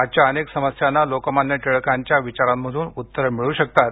आजच्या अनेक समस्यांना लोकमान्य टिळकांच्या विचारांमधून उत्तरं मिळू शकतात